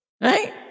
Right